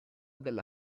della